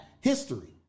history